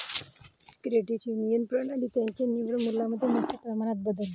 credit union प्रणाली त्यांच्या निव्वळ मूल्यामध्ये मोठ्या प्रमाणात बदलते